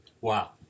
Wow